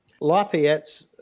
Lafayette's